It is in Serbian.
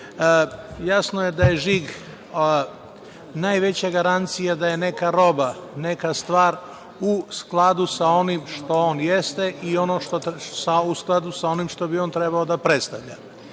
Jasno je da je žig najveća garancija da je neka roba, neka stvar u skladu sa onim što on jeste i u skladu sa onim što bi on trebao da predstavlja.